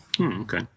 Okay